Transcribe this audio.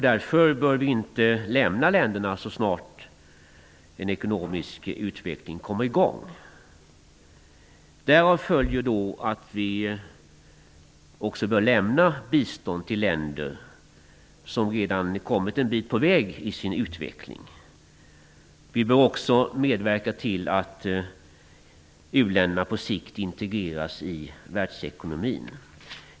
Därför bör man inte lämna länderna åt sig själva så snart en ekonomisk utveckling kommer i gång. Därav följer att vi även bör ge bistånd till länder som redan har kommit en bit på väg i sin utveckling. Vi bör också medverka till att u-länderna på sikt integreras i världsekonomin.